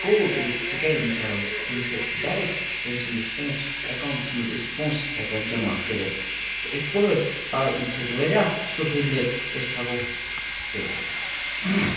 code یوٗت scan کَرُن تمہِ سۭتۍ چھُ ڈیریکٹ تٔمۍ سٕنٛدِس پونٛسہٕ ایٚکاونٹَس منٛز أسۍ پونٛسہٕ ہیٚکان جَمَع کٔرِتھ تہٕ یِتھ پٲٹھۍ آیہِ اَمہِ سۭتۍ واریاہ سہوٗلیت أسۍ ہٮ۪کو تٔلِتھ